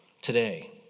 today